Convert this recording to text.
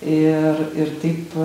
ir ir taip